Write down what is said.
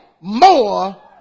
More